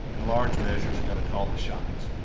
in large measure, is going to call the shots.